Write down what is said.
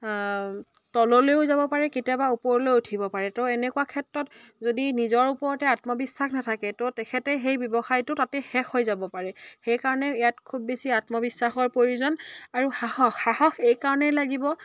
তললৈও যাব পাৰে কেতিয়াবা ওপৰলৈ উঠিব পাৰে ত' এনেকুৱা ক্ষেত্ৰত যদি নিজৰ ওপৰতে আত্মবিশ্বাস নাথাকে ত' তেখেতে সেই ব্যৱসায়টো তাতে শেষ হৈ যাব পাৰে সেইকাৰণে ইয়াত খুব বেছি আত্মবিশ্বাসৰ প্ৰয়োজন আৰু সাহস সাহস এইকাৰণেই লাগিব